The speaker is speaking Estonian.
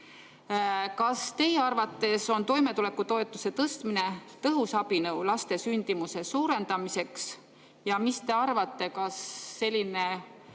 Kas teie arvates on toimetulekutoetuse tõstmine tõhus abinõu sündimuse suurendamiseks? Ja mis te arvate, kas selline